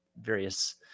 various